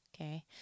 okay